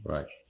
Right